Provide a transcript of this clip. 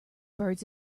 birds